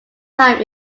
time